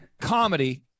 comedy